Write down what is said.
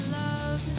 love